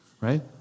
right